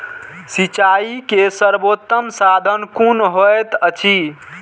सिंचाई के सर्वोत्तम साधन कुन होएत अछि?